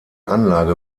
anlage